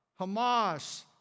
Hamas